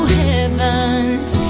heaven's